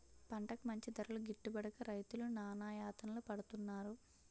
పంటకి మంచి ధరలు గిట్టుబడక రైతులు నానాయాతనలు పడుతున్నారు